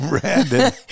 Brandon